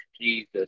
Jesus